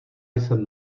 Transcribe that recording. jsem